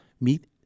meet